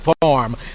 farm